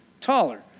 taller